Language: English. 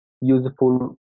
useful